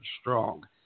strong